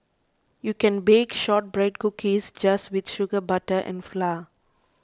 you can bake Shortbread Cookies just with sugar butter and flour